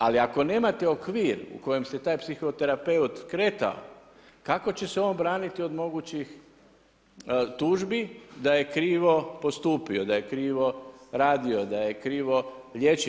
Ali ako nemate okvir u kojem se taj psiho terapeut kretao kako će se on braniti od mogućih tužbi da je krivo postupio, da je krivo radio, da je krivo liječio.